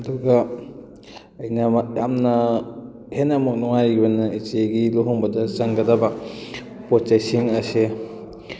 ꯑꯗꯨꯒ ꯑꯩꯅ ꯑꯃꯨꯛ ꯌꯥꯝꯅ ꯍꯦꯟꯅ ꯑꯃꯨꯛ ꯅꯨꯡꯉꯥꯏꯔꯤꯕꯅ ꯏꯆꯦꯒꯤ ꯂꯨꯍꯣꯡꯕꯗ ꯆꯪꯒꯗꯕ ꯄꯣꯠꯆꯩꯁꯤꯡ ꯑꯁꯦ